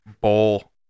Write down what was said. Bowl